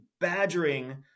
badgering